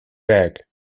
werk